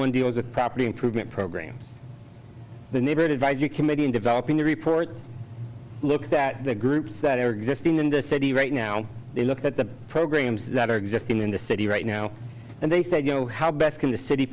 one deals with property improvement programs the neighborhood advisory committee in developing the report look that the groups that are existing in the city right now they look at the programs that are existing in the city right now and they said you know how best can the city